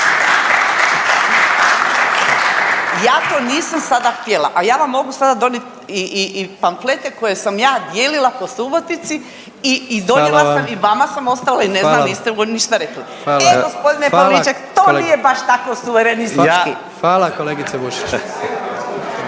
ja to nisam sada htjela. A ja vam mogu sada donijeti i pamflete koje sam ja dijelila po Subotici i donijela sam i vama sam ostavila i ne znam niste ništa rekli. E gospodine Pavliček to nije baš tako suverenistički. **Jandroković,